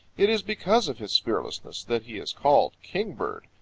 it is because of his fearlessness that he is called kingbird.